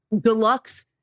deluxe